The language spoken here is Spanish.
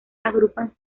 agrupan